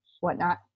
whatnot